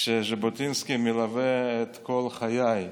שז'בוטינסקי מלווה את כל חיי.